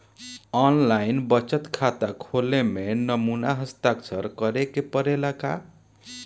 आन line बचत खाता खोले में नमूना हस्ताक्षर करेके पड़ेला का?